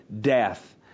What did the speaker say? death